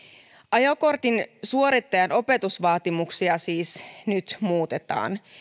ajokortin suorittajan opetusvaatimuksia siis nyt muutetaan